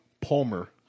palmer